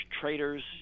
traitors